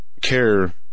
care